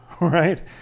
right